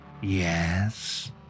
yes